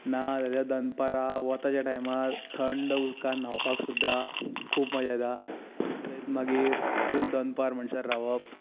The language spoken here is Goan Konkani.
ना जाल्यार दनपारां वताच्या टायमार थंड उदकांत न्हांवपाक सुद्दां खूब मजा येता थंयच मागीर फूल दनपार म्हणसर रावप